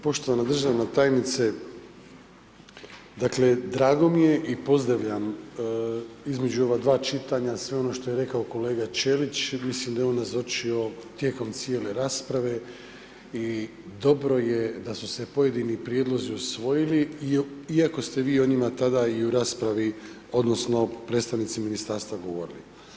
Poštovana državna tajnice, dakle, drago mi je i pozdravljam između ova 2 čitanja sve ono što je rekao kolega Ćelić, mislim da je on nazočio tijekom cijele rasprave i dobro je da su se pojedini prijedlozi usvojili iako ste vi o njima tada i u raspravi odnosno predstavnici Ministarstva govorili.